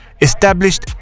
established